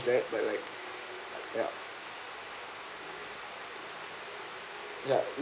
knows that but like ya ya